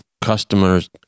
customers